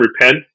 repent